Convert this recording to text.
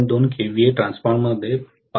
२ KVA ट्रान्सफॉर्मरमध्ये 5